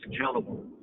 accountable